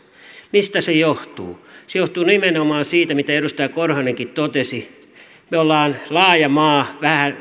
mistä se joutuu se johtuu nimenomaan siitä minkä edustaja korhonenkin totesi että me olemme laaja maa